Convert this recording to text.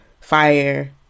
fire